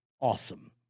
awesome